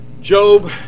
Job